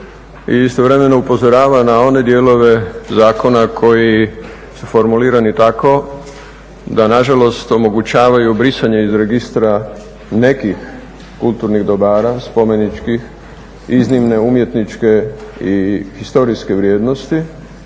istovremeno upozorava na one dijelove zakona koji su formulirani tako da nažalost omogućavaju brisanje iz registra nekih kulturnih dobara, spomeničkih, iznimne umjetničke i historijske vrijednosti